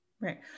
Right